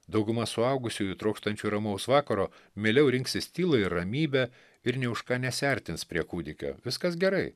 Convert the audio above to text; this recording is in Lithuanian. dauguma suaugusiųjų trokštančių ramaus vakaro mieliau rinksis tyląją ramybę ir nė už ką nesiartins prie kūdikio viskas gerai